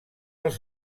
els